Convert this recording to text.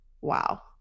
wow